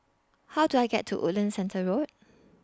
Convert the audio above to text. How Do I get to Woodlands Centre Road